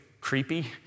creepy